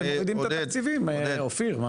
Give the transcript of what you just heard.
אתם מורידים את התקציבים, אופיר.